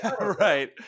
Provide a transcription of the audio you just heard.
Right